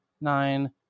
nine